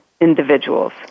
individuals